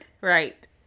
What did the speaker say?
Right